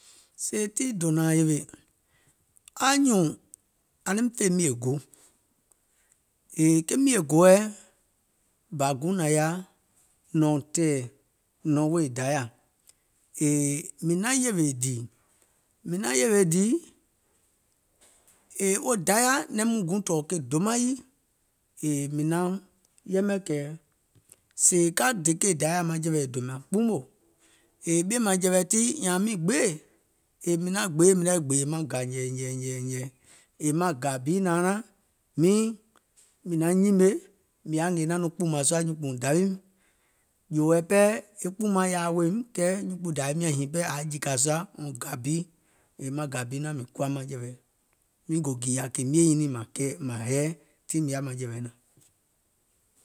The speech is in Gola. Sèè tii dònȧȧŋ yèwè, anyùùŋ ȧŋ naim fè mìè go, yèè ke mìè goɛ̀ bȧ guùŋ nȧŋ yaȧ, nɔ̀ŋ tɛ̀ɛ̀, nɔ̀ŋ wèè Dayȧ, yèè mìŋ naŋ yèwè dìì, mìŋ naŋ yèwè dììi, yèè wo Dayà naim guùŋ tɔ̀ɔ̀ ke dòmaŋ yii, yèè mìŋ naŋ yɛmɛ̀ kɛ̀ sèè ka dè e kèè Dayȧa maŋjɛ̀wɛ è doim nàŋ kpuumò, yèè ɓìèmȧŋjɛ̀wɛ̀ tii nyȧȧŋ miŋ gbeè, yèè mìŋ gbeè mìŋ naŋ gbèè maŋ gà nyɛ̀ɛ̀ nyɛ̀ɛ̀, yèè maŋ gà bi nȧaŋ nȧaŋ, miiŋ mìŋ naŋ nyìmè, mìŋ yaȧ nȧaŋ naȧŋ kpùùmàŋ sùà nyuùnkpùuŋ dàwiim, jòò wɛ̀i pɛɛ e kpùùmaŋ yaȧa weèim kɛɛ anyuùnkpùuŋ dȧwiim nyàŋ nyiŋ pɛɛ yaȧ jìkȧ sùȧ wɔŋ gȧ bi, yèè maŋ gà bi naȧŋ mìŋ kuwa maŋjɛ̀wɛ, miŋ gò gììyȧ ke miè nyiŋ nɛɛ̀ŋ maŋ hɛɛ, tiìŋ mìŋ yaȧ maŋjɛ̀wɛ naȧŋ.